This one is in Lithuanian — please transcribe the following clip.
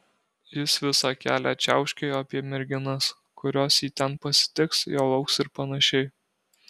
jis visą kelią čiauškėjo apie merginas kurios jį ten pasitiks jo lauks ir panašiai